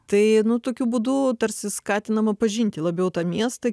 tai nu tokiu būdu tarsi skatinama pažinti labiau tą miestą